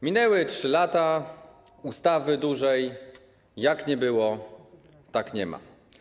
Minęły 3 lata, ustawy dużej jak nie było, tak nie ma.